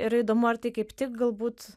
yra įdomu ar tai kaip tik galbūt